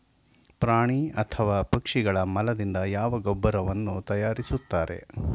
ಪ್ರಾಣಿ ಅಥವಾ ಪಕ್ಷಿಗಳ ಮಲದಿಂದ ಯಾವ ಗೊಬ್ಬರವನ್ನು ತಯಾರಿಸುತ್ತಾರೆ?